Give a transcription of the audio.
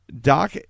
Doc